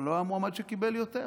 אבל לא היה מועמד שקיבל יותר.